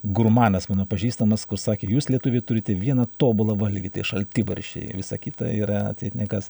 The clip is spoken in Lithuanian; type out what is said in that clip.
gurmanas mano pažįstamas kur sakė jūs lietuviai turite vieną tobulą valgį tai šaltibarščiai visa kita yra atseit ne kas